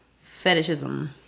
fetishism